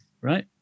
right